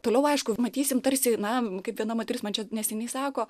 toliau aišku matysim tarsi na kaip viena moteris man čia neseniai sako